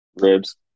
Ribs